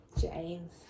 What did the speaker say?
James